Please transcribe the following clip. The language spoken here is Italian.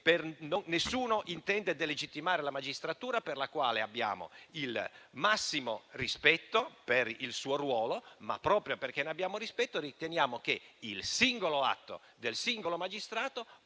Nessuno intende delegittimare la magistratura verso la quale nutriamo il massimo rispetto. Ma, proprio perché ne abbiamo rispetto, riteniamo che il singolo atto del singolo magistrato